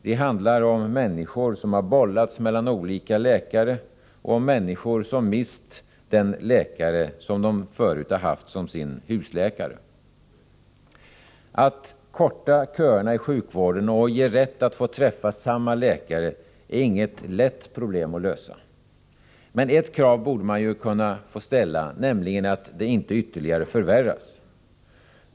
Det handlar om människor som har bollats mellan olika läkare, om människor som mist den läkare som de förut haft som sin husläkare. Att korta köerna i sjukvården och ge rätt att få träffa samma läkare är inget lätt problem att lösa. Men ett krav borde man få ställa, nämligen att det inte ytterligare förvärras.